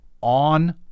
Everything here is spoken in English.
on